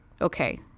okay